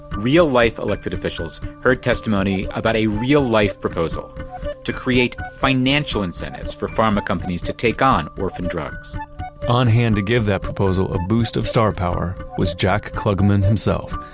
real-life elected officials heard testimony about a real-life proposal to create financial incentives for pharma companies to take on orphan drugs on hand to give that proposal a boost of star power was jack klugman himself.